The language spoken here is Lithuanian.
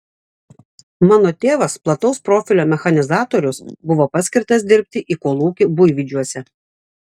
mano tėvas plataus profilio mechanizatorius buvo paskirtas dirbti į kolūkį buivydžiuose